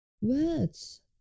words